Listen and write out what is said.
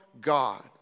God